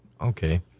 okay